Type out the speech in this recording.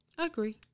Agree